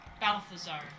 Balthazar